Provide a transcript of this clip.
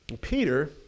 Peter